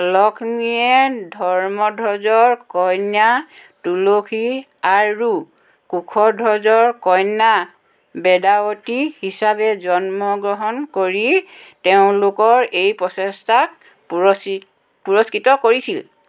লক্ষ্মীয়ে ধৰ্মধ্বজৰ কন্যা তুলসী আৰু কুশধ্বজৰ কন্যা বেদাৱতী হিচাপে জন্ম গ্ৰহণ কৰি তেওঁলোকৰ এই প্ৰচেষ্টাক পুৰস্কৃ পুৰস্কৃত কৰিছিল